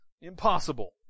Impossible